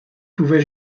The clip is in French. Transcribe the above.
pouvais